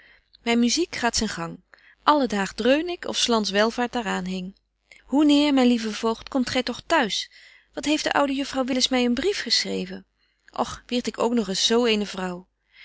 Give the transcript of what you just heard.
muziek gaat zyn gang alle daag betje wolff en aagje deken historie van mejuffrouw sara burgerhart dreun ik of s lands welvaart daar aan hing hoeneer myn lieve voogd komt gy toch t'huis wat heeft de oude juffrouw willis my een brief geschreven och wierd ik ook nog eens zo eene vrouw